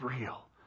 real